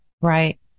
Right